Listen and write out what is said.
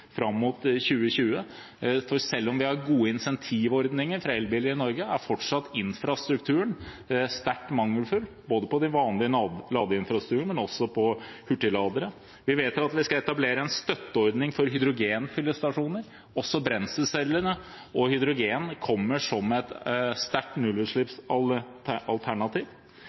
fram mot 2020. Selv om vi har gode incentivordninger for elbiler i Norge, er infrastrukturen fortsatt sterkt mangelfull, både når det gjelder den vanlige ladeinfrastrukturen, og når det gjelder hurtigladere. Vi vedtar at vi skal etablere en støtteordning for hydrogenfyllestasjoner. Også brenselcelle og hydrogen kommer som et sterkt